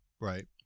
Right